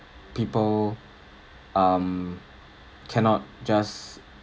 people um cannot just